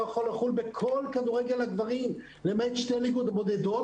יכול לחול בכל כדורגל הגברים אלא רק בשתי הליגות הבכירות,